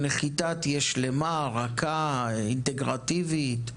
שהנחיתה תהיה שלמה, רכה, אינטגרטיבית.